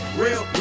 real